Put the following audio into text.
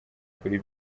kuri